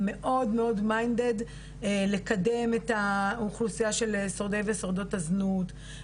הם מאוד מאוד מיינדד לקדם את האוכלוסייה של שורדי ושורדות הזנות.